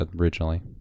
originally